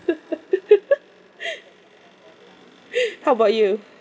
how about you